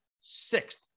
sixth